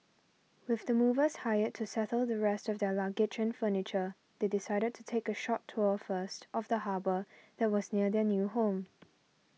with the movers hired to settle the rest of their luggage and furniture they decided to take a short tour first of the harbour that was near their new home